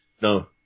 No